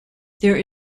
there